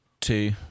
Two